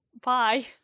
Bye